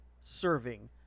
serving